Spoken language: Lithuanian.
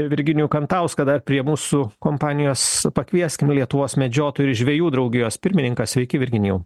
virginijų kantauską dar prie mūsų kompanijos pakvieskim lietuvos medžiotojų ir žvejų draugijos pirmininką sveiki virginijau